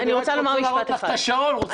אני רק רוצה להראות לך את השעון, רוצים ללכת.